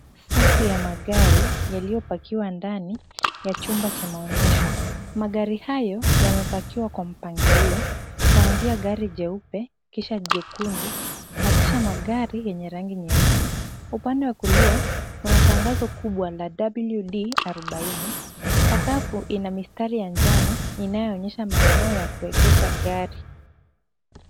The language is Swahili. Safu ya magari yaliyopakiwa ndani ya chumba cha maonyesho. Magari hayo yamepakiwa kwa mpangilio kuanzia gari jeupe kisha jekundu na kisha magari yneye rangi nyeusi. Upande wa kulia kuna WD arubaini. Sakafu ina mistari ya njano inayoonyesha maeneo ya kuegesha gari.